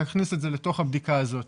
להכניס את זה לתוך הבדיקה הזאת.